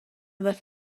left